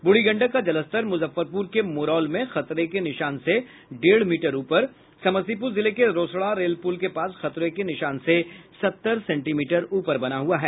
बूढ़ी गंडक का जलस्तर मुजफ्फरपुर के मुरौल में खतरे के निशान से डेढ़ मीटर ऊपर समस्तीपुर जिले के रोसड़ा रेलपुल के पास खतरे के निशान से सत्तर सेंटीमीटर ऊपर बना हुआ है